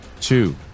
two